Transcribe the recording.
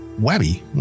Webby